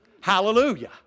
Hallelujah